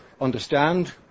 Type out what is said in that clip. understand